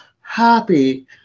happy